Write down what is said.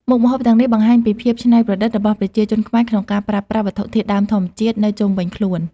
មុខម្ហូបទាំងនេះបង្ហាញពីភាពច្នៃប្រឌិតរបស់ប្រជាជនខ្មែរក្នុងការប្រើប្រាស់វត្ថុធាតុដើមធម្មជាតិនៅជុំវិញខ្លួន។